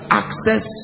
access